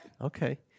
Okay